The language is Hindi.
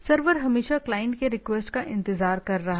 सर्वर हमेशा क्लाइंट के रिक्वेस्ट का इंतजार कर रहा है